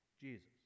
Jesus